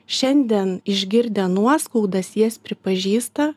šiandien išgirdę nuoskaudas jas pripažįsta